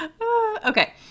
Okay